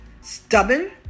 stubborn